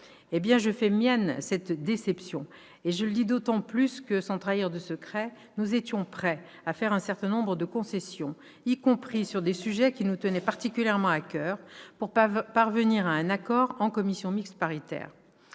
Je fais mienne cette déception et je le dis d'autant plus que, sans trahir de secret, nous étions prêts à faire un certain nombre de concessions, y compris sur des sujets qui nous tenaient particulièrement à coeur, pour parvenir à un accord en commission mixte paritaire.